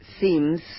seems